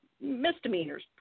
misdemeanors